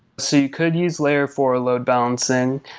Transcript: so you could use layer four load-balancing,